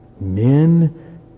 men